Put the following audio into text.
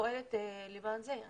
פועלת למען זה.